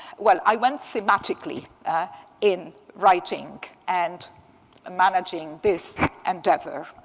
well, i went thematically in writing and managing this endeavor.